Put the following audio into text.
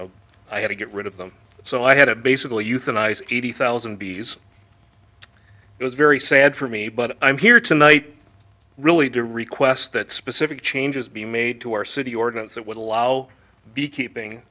know i had to get rid of them so i had to basically euthanize eighty thousand bees it was very sad for me but i'm here tonight really did request that specific changes be made to our city ordinance that would allow beekeeping